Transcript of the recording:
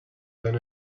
than